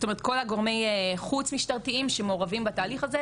כלומר כל הגורמים החוץ משטרתיים שמעורבים בתהליך הזה,